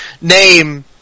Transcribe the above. name